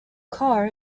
car